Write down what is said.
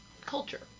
Culture